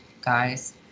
guys